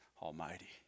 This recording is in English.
Almighty